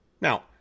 Now